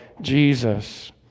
Jesus